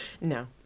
No